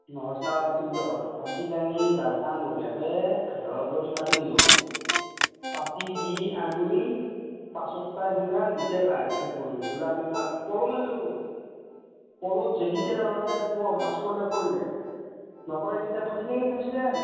নহয় চাও এটা চিন্তা কৰ ফাচি আনি জালখন বঢ়িয়াকৈ ঘেৰাও কৰি পাতি দিলোঁ পাতি দি আমি পল মাৰিলো পলত নপৰাকেইটা ফাচি লাগি